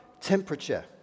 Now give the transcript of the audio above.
temperature